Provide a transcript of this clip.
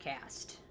cast